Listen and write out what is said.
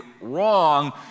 wrong